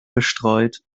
bestreut